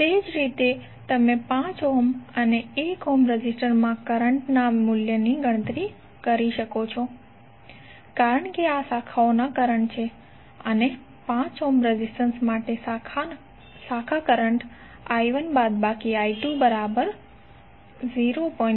તે જ રીતે તમે 5 ઓહ્મ અને 1 ઓહ્મ રેઝિસ્ટર માં કરંટ ના મૂલ્ય ની ગણતરી કરી શકો છો કારણ કે આ શાખાના કરંટ છે અને 5 ઓહ્મ રેઝિસ્ટન્સ માટે શાખા કરંટ I1 − I2 0